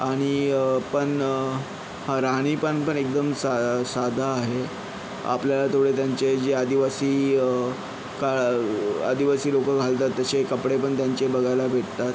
आणि पण राहणीपण पण एकदम सा साधं आहे आपल्याला थोडं त्यांचे जे आदिवासी काळ आदिवासी लोकं घालतात तसे कपडे पण त्यांचे बघायला भेटतात